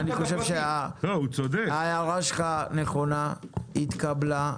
אני חושב שההערה שלך נכונה, התקבלה.